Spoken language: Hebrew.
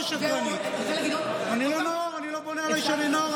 אני קורא אותך בקריאה ראשונה.